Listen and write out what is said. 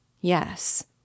Yes